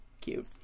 cute